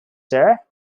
sir